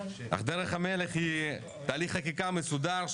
אך דרך המלך היא תהליך חקיקה מסודר,